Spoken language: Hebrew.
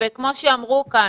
וכמו שאמרו כאן,